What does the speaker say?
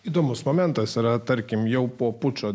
įdomus momentas yra tarkim jau po pučo